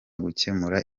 gukemura